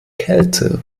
kälte